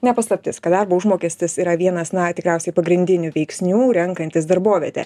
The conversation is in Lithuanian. ne paslaptis kad darbo užmokestis yra vienas na tikriausiai pagrindinių veiksnių renkantis darbovietę